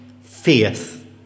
faith